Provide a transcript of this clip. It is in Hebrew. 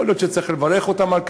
יכול להיות שצריך לברך אותם על כך,